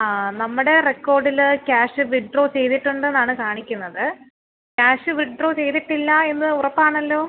ആ നമ്മുടെ റെക്കോർഡിൽ ക്യാഷ് വിഡ്രോ ചെയ്തിട്ടുണ്ട് എന്നാണ് കാണിക്കുന്നത് ക്യാഷ് വിഡ്രോ ചെയ്തിട്ടില്ല എന്ന് ഉറപ്പാണല്ലോ